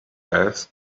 asked